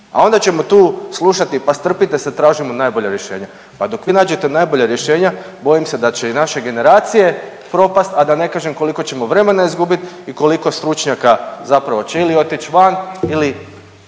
a onda ćemo tu slušati pa strpite se tražimo najbolja rješenja. Pa dok vi nađete najbolja rješenja bojim se da će i naše generacije propast, a da ne kažem koliko ćemo vremena izgubit i koliko stručnjaka zapravo će ili otići van ili